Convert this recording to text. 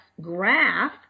graph